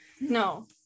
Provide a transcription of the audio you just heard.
No